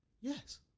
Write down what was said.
Yes